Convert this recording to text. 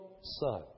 son